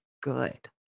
good